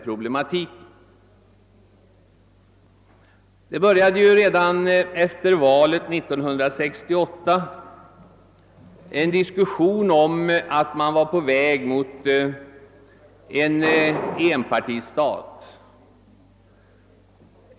Redan efter valet 1968 började en diskussion om att man var på väg mot en enpartistat.